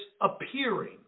appearing